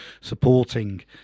supporting